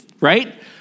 right